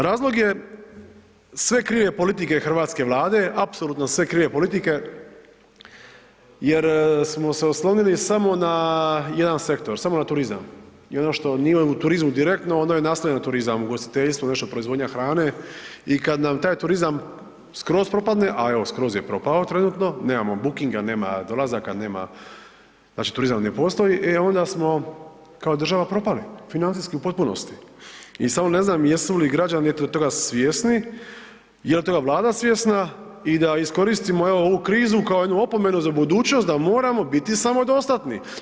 Razlog je sve krive politike hrvatske Vlade, apsolutno sve krive politike jer smo se oslonili samo na jedan sektor, samo na turizam i ono što nije u turizmu direktno, ono je naslonjeno na turizam, ugostiteljstvo, još proizvodnja hrane i kad nam taj turizam skroz propadne, a evo, skroz je propao trenutno, nemamo bookinga, nemamo dolazaka, nema, znači turizam ne postoji, e onda smo kao država propali financijski u potpunosti i samo ne znam jesu li građani toga svjesni, je li toga Vlada svjesna i da iskoristimo evo, ovu krizu kao jednu opomenu za budućnost da moramo biti samodostatni.